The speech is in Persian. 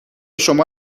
شما